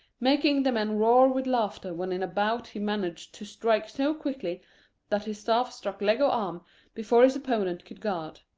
making the men roar with laughter when in a bout he managed to strike so quickly that his staff struck leg or arm before his opponent could guard.